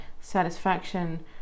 satisfaction